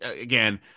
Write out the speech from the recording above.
again